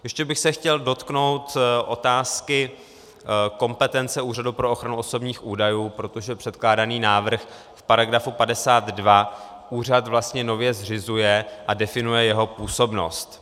Ještě bych se chtěl dotknout otázky kompetence Úřadu pro ochranu osobních údajů, protože předkládaný návrh v § 52 úřad vlastně nově zřizuje a definuje jeho působnost.